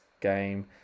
game